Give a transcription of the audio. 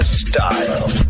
style